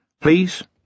Please